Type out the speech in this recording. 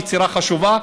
ויצירה חשובה,